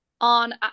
on